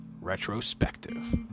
Retrospective